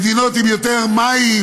המדינות עם יותר מים,